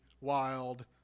wild